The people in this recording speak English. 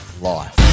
life